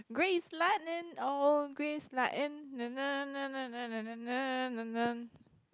grease lighting oh grease lighting